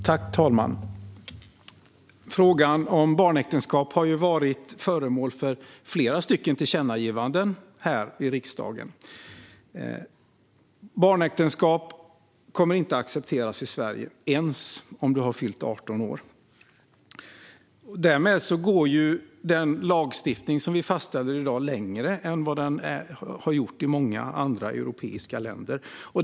Fru talman! Frågan om barnäktenskap har varit föremål för flera tillkännagivanden här i riksdagen. Barnäktenskap kommer inte att accepteras i Sverige ens om du har fyllt 18 år. Därmed går den lagstiftning som vi fastställer i dag längre än den i många andra europeiska länder.